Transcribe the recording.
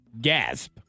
Gasp